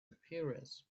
appearance